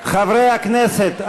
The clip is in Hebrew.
חברי הכנסת,